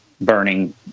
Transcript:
burning